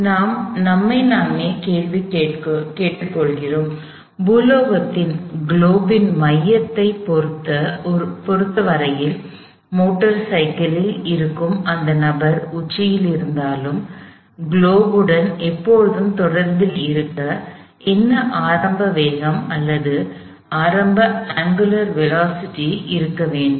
எனவே நாம் நம்மை நாமே கேள்வி கேட்டுக்கொள்கிறோம் பூகோளத்தின் மையத்தைப் பொறுத்த வரையில் மோட்டார் சைக்கிளில் இருக்கும் இந்த நபர் உச்சியில் இருந்தாலும் பூகோளத்துடன் எப்போதும் தொடர்பில் இருக்க என்ன ஆரம்ப வேகம் அல்லது ஆரம்ப அங்குலர் திசைவேகம் இருக்க வேண்டும்